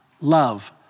love